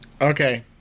Okay